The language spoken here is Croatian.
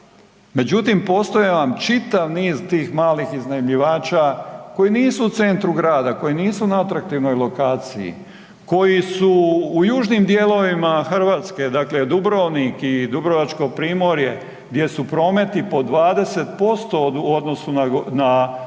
Međutim, postoje vam čitav niz tih malih iznajmljivača koji nisu u centru grada, koji nisu na atraktivnoj lokaciji, koji su u južnim dijelovima Hrvatske, dakle Dubrovnik i dubrovačko primorje gdje su prometi pod 20% u odnosu na prošlu